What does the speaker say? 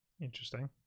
Interesting